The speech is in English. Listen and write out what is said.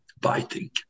biting